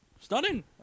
stunning